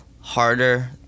harder